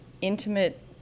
intimate